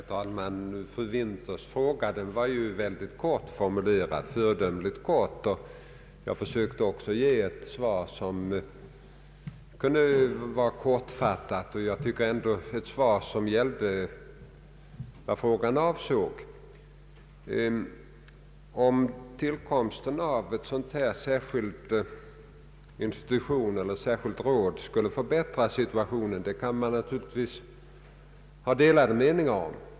Herr talman! Fru Winthers fråga var ju föredömligt kort formulerad, och jag försökte även ge ett kortfattat svar, som i alla fall gällde vad frågan avsåg. Huruvida tillkomsten av en särskild institution eller ett särskilt råd skulle förbättra situationen kan man naturligtvis ha delade meningar om.